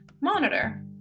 monitor